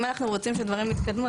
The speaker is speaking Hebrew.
אם אנחנו רוצים שדברים יתקדמו,